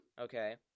okay